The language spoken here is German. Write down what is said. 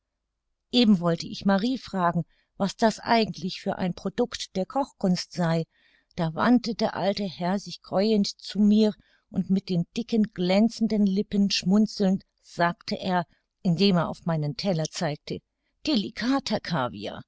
eben wollte ich marie fragen was das eigentlich für ein produkt der kochkunst sei da wandte der alte herr sich käuend zu mir und mit den dicken glänzenden lippen schmunzelnd sagte er indem er auf meinen teller zeigte delicater caviar